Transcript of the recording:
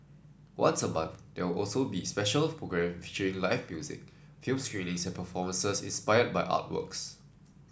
once a month there also be special programme featuring live music film screenings and performances inspired by artworks